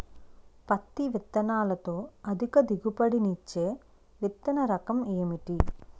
పత్తి విత్తనాలతో అధిక దిగుబడి నిచ్చే విత్తన రకం ఏంటి?